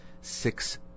six